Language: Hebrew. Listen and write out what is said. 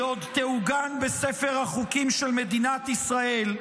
היא עוד תעוגן בספר החוקים של מדינת ישראל,